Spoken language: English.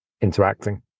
interacting